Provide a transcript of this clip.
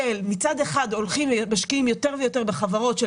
שמצד אחד משקיעים יותר ויותר בחברות של